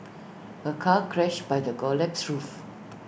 A car crushed by the collapsed roof